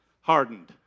Hardened